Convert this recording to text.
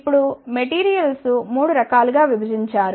ఇప్పుడు మెటీరియల్స్ను 3 రకాలుగా విభజించారు